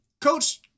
coach